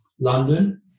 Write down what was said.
London